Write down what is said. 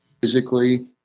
Physically